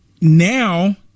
now